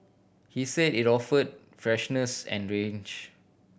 he said it offered freshness and range